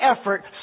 effort